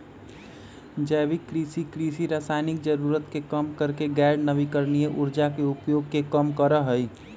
जैविक कृषि, कृषि रासायनिक जरूरत के कम करके गैर नवीकरणीय ऊर्जा के उपयोग के कम करा हई